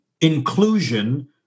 inclusion